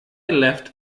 left